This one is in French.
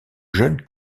jeune